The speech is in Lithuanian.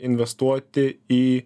investuoti į